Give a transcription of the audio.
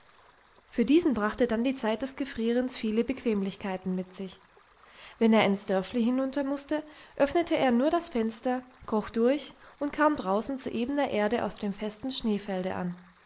für diesen brachte dann die zeit des gefrierens viele bequemlichkeiten mit sich wenn er ins dörfli hinunter mußte öffnete er nur das fenster kroch durch und kam draußen zu ebener erde auf dem festen schneefelde an